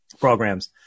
programs